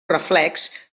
reflex